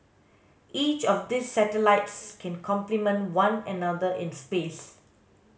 each of these satellites can complement one another in space